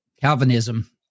Calvinism